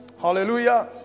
Hallelujah